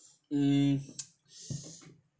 mm